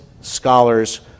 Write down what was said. scholars